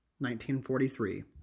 1943